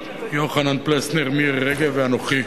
יוחנן פלסנר, מירי רגב ואנוכי.